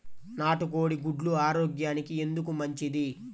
నాటు కోడి గుడ్లు ఆరోగ్యానికి ఎందుకు మంచిది?